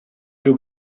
più